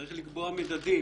צריך לקבוע מדדים,